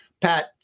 Pat